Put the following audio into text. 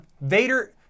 Vader